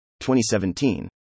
2017